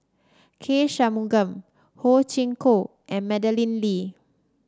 K Shanmugam Ho Chee Kong and Madeleine Lee